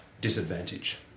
disadvantage